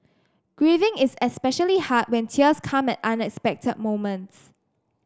grieving is especially hard when tears come at unexpected moments